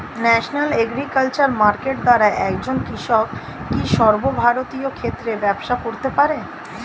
National agriculture market দ্বারা একজন কৃষক কি সর্বভারতীয় ক্ষেত্রে ব্যবসা করতে পারে?